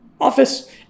office